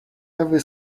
every